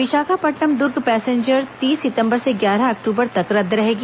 Visakhapatnam Durg passenger तीस सितंबर से ग्यारह अक्टूबर तक रद्द रहेगी